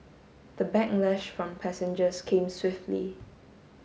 the backlash from passengers came swiftly